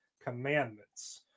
Commandments